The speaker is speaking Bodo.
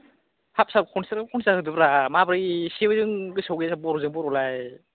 हाब सार एबार खनसेल'खौ कन्सिदार होदोब्रा माब्रै एसेबो गोसोआव गैया बर'जों बर'लाय